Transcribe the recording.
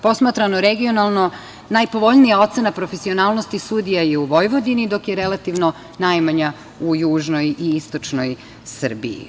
Posmatrano regionalno najpovoljnija ocena profesionalnosti sudija je u Vojvodini, dok je relativno najmanja u južnoj i istočnoj Srbiji.